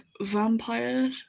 vampire